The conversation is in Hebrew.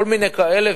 כל מיני כאלה.